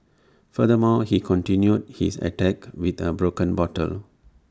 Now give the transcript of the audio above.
furthermore he continued his attack with A broken bottle